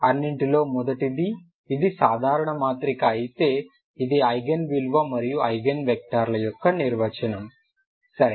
అన్నింటిలో మొదటిది ఇది సాధారణ మాత్రిక అయితే ఇది ఐగెన్ విలువ మరియు ఐగెన్ వెక్టర్ల యొక్క నిర్వచనం సరే